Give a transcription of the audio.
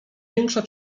większa